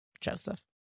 Joseph